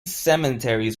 cemeteries